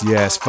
Yes